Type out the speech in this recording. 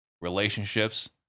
relationships